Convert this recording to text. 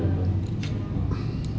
what